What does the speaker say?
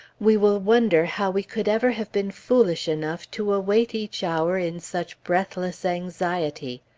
we will wonder how we could ever have been foolish enough to await each hour in such breathless anxiety.